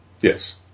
Yes